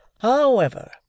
However